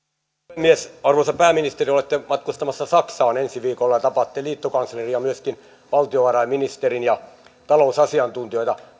puhemies arvoisa pääministeri olette matkustamassa saksaan ensi viikolla ja tapaatte liittokanslerin ja myöskin valtiovarainministerin ja talousasiantuntijoita